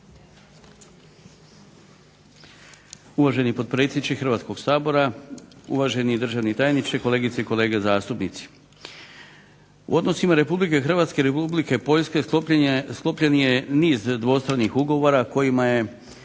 Uvaženi potpredsjedniče Hrvatskog sabora, uvaženi državni tajniče, kolegice i kolege zastupnici. U odnosima Republike Hrvatske i Republike Poljske sklopljen je niz dvostranih ugovora, kojima je